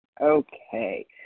Okay